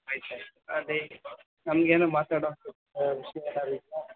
ಆಯ್ತು ಆಯ್ತು ಅದೇ ನಮಗೇನು ಮಾತಾಡೋ ಅಂಥ ವಿಷಯ ಏನಾದ್ರೂ ಇದೆಯಾ